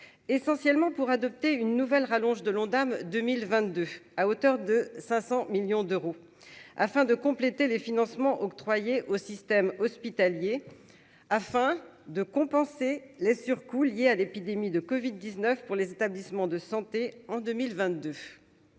essentiellement pour adopter une nouvelle rallonge de l'Ondam 2022, à hauteur de 500 millions d'euros afin de compléter les financements octroyés au système hospitalier afin de compenser les surcoûts liés à l'épidémie de Covid 19 pour les établissements de santé en 2022